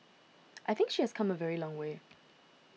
I think she has come a very long way